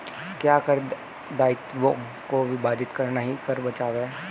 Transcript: क्या कर दायित्वों को विभाजित करना ही कर बचाव है?